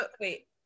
wait